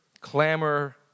clamor